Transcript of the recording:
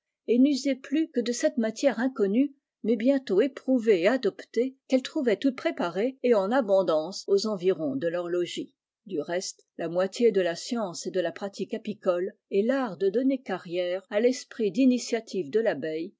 et n'usaient plus que de cette matière inconnue mais bientôt éprouvée et adoptée qu'elles trouvaient toute préparée et ondance aux environs de leur logis du reste la moitié de la science et de la ique apicole est l'art de donner carrière à l'esprit d'initiative de l'abeille